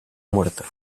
muerto